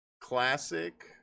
Classic